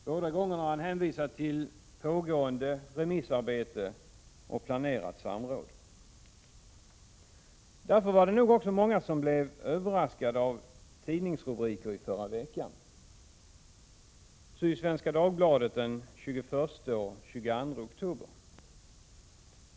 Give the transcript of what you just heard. Han har hänvisat till pågående remissarbete och planerat samråd. Därför var det nog många som blev överraskade av tidningsrubriker i Sydsvenska Dagbladet den 21 och 22 oktober.